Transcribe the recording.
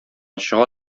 чыга